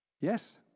Yes